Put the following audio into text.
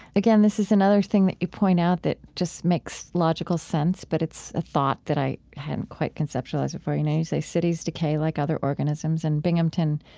again, this is another thing that you point out that just makes logical sense, but it's a thought that i hadn't quite conceptualized before. you know, you say cities decay like other organisms and binghamton,